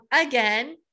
again